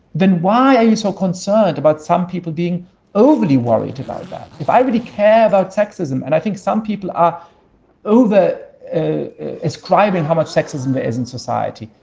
then why are you so concerned about some people being overly worried about that? if i really care about sexism and i think some people are over ah ascribing how much sexism there is in society,